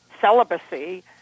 celibacy